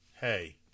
hey